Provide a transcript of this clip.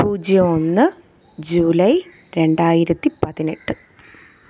പൂജ്യം ഒന്ന് ജൂലൈ രണ്ടായിരത്തി പതിനെട്ട്